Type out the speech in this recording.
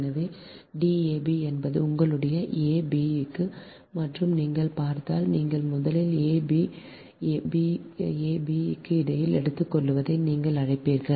எனவே D ab என்பது உங்களுடைய a b க்கு என்று நீங்கள் பார்த்தால் நீங்கள் முதலில் ab மற்றும் ab க்கு இடையில் எடுத்துக்கொள்வதை நீங்கள் அழைப்பீர்கள்